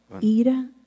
ira